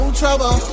trouble